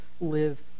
live